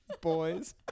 Boys